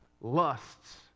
lusts